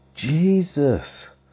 Jesus